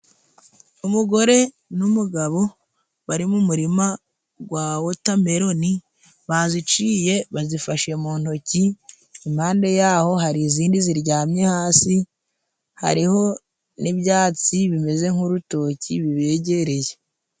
Umugore n'umugabo bari mu murima gwa wotameloni baziciye bazifashe mu ntoki. Impande yaho hari izindi ziryamye hasi, hariho n'ibyatsi bimeze nk'urutoki bibegereye.